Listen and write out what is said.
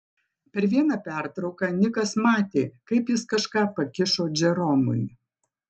per vieną pertrauką nikas matė kaip jis kažką pakišo džeromui